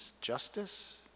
justice